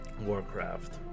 warcraft